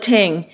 Ting